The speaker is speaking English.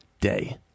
day